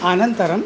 अनन्तरम्